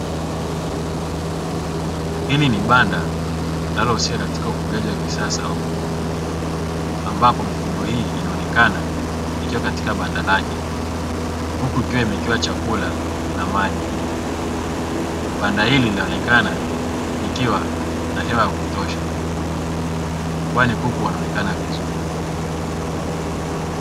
Hili ni banda linalohusika katika ufugaji wa kisasa wa kuku ambapo mifugo hii inaonekana ikiwa katika banda lake huku ikiwa imewekewa chakula na maji. Banda hili linaonekana likiwa na hewa ya kutosha kwani kuku wanaonekana vizuri.